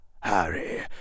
harry